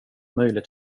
möjligt